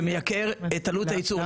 זה מייקר את עלות הייצור.